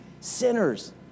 sinners